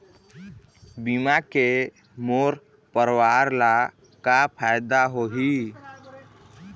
बीमा के मोर परवार ला का फायदा होही?